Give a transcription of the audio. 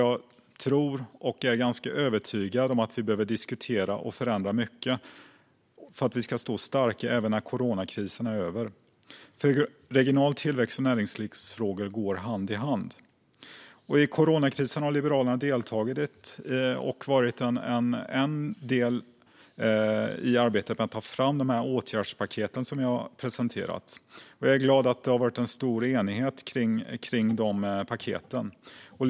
Jag tror och är ganska övertygad om att vi behöver diskutera och förändra mycket för att stå starka även när coronakrisen är över, för regional tillväxt och näringslivsfrågor går hand i hand. I coronakrisen har Liberalerna deltagit i arbetet med att ta fram de åtgärdspaket som jag presenterat. Jag är glad att enigheten om dessa paket varit stor.